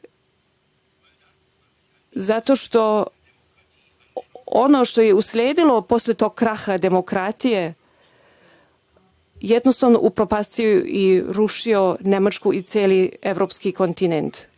zato što ono što je usledilo posle tog kraha demokratije, jednostavno je upropastilo i rušilo Nemačku i celi evropski kontinent. Mislim